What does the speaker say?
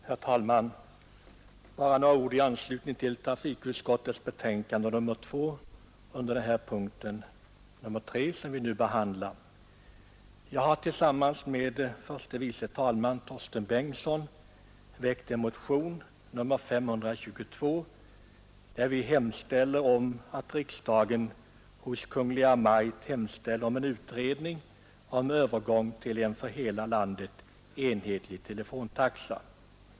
Herr talman! Bara några ord i anslutning till punkten 3 i trafikutskottets betänkande nr 2 som vi nu behandlar. Jag har tillsammans med förste vice talman Torsten Bengtson väckt en motion, nr 522, där vi hemställer att riksdagen hos Kungl. Maj:t anhåller om en utredning om övergång till en för hela landet enhetlig telefontaxa.